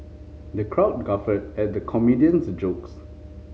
the crowd guffawed at the comedian's jokes